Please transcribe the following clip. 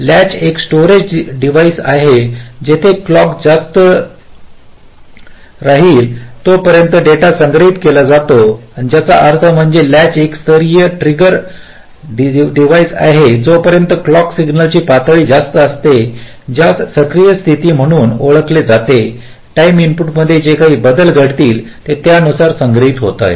latch एक storage device आहे जिथे क्लॉक जास्त राहील तोपर्यंत डेटा संग्रहित केला जातो ज्याचा अर्थ म्हणजे लॅच एक स्तरीय ट्रिगर डिव्हाइस आहे जोपर्यंत क्लॉक सिग्नलची पातळी जास्त असते ज्यास सक्रिय स्थिती म्हणून ओळखले जातेटाईम इनपुटमध्ये जे काही बदल घडतील ते त्यानुसार संग्रहित होतील